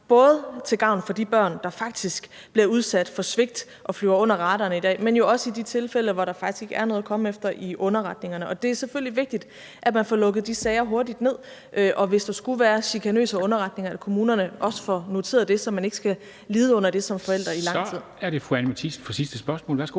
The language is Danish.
både de børn, der faktisk bliver udsat for svigt, og som i dag flyver under radaren, men jo også i de tilfælde, hvor der faktisk ikke er noget at komme efter i underretningerne. Det er selvfølgelig vigtigt, at man får lukket de sager hurtigt ned, og at kommunerne, hvis der skulle være chikanøse underretninger, også får noteret det, så man ikke som forælder skal lide under det i lang tid. Kl.